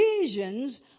visions